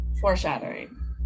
Foreshadowing